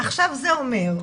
עכשיו זה אומר,